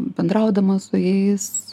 bendraudama su jais